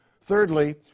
Thirdly